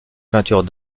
peinture